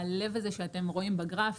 הלב הזה שאתם רואים בגרף,